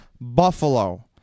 Buffalo